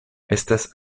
estas